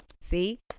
See